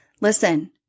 Listen